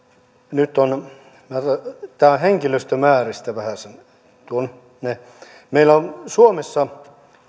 nyt näistä henkilömääristä vähäsen meillä on suomessa